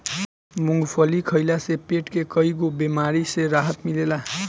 मूंगफली खइला से पेट के कईगो बेमारी से राहत मिलेला